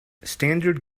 standard